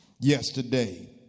yesterday